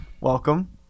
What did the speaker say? welcome